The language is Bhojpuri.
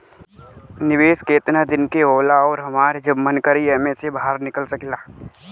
निवेस केतना दिन के होला अउर हमार जब मन करि एमे से बहार निकल सकिला?